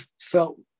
felt